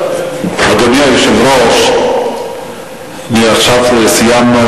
אדוני היושב-ראש, עכשיו סיימנו,